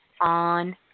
on